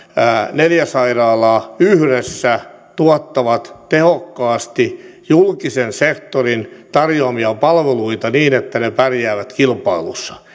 neljä sairaalaa yhdessä tuottavat tehokkaasti julkisen sektorin tarjoamia palveluita niin että ne pärjäävät kilpailussa